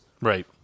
right